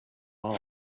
all